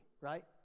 right